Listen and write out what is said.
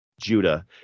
Judah